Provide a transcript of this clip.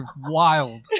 wild